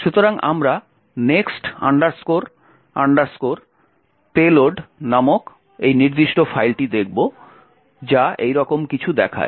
সুতরাং আমরা next underscore payload নামক এই নির্দিষ্ট ফাইলটি দেখব যা এইরকম কিছু দেখায়